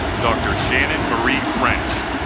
dr. shannon marie french